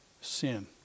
sin